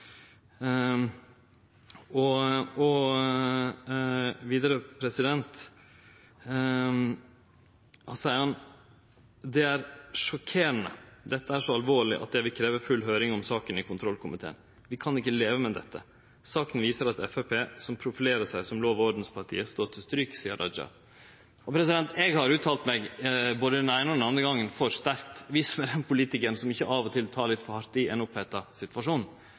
Abid Raja.» Vidare seier han: «Det er sjokkerende. Dette er så alvorlig at jeg vil kreve full høring om saken i kontrollkomiteen. Vi kan ikke leve med dette. Saken viser at Frp, som profilerer seg som lov- og ordenspartiet, står til stryk, sier Raja.» Eg har uttalt meg både den eine og den andre gongen for sterkt. Vis meg den politikaren som ikkje av og til tek litt for hardt i i ein oppheta situasjon,